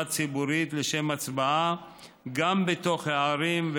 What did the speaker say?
ציבורית לשם הצבעה גם בתוך הערים,